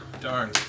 Darn